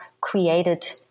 created